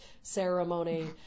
ceremony